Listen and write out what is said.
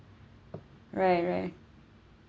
right right